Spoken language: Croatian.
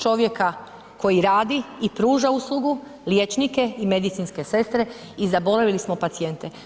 Čovjeka koji radi i pruža uslugu, liječnike i medicinske sestre i zaboravili smo pacijente.